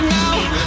now